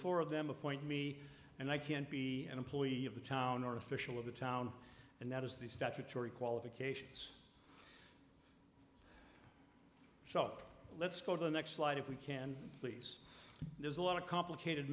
four of them appoint me and i can't be an employee of the town or official of the town and that is the statutory qualifications so let's go to the next slide if we can please there's a lot of complicated